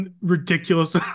ridiculous